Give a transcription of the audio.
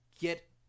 get